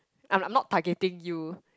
I'm I'm not targeting you